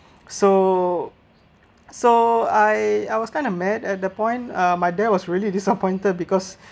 so so I I was kind of mad at the point uh my dad was really disappointed because